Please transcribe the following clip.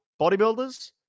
bodybuilders